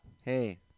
Hey